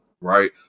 right